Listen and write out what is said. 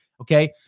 okay